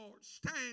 stand